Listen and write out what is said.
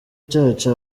cyacu